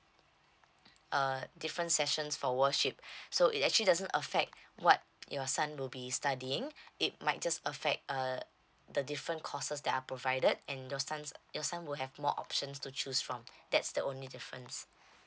uh different sessions for worship so it actually doesn't affect what your son will be studying it might just affect uh the different courses that are provided and your son your son will have more options to choose from that's the only difference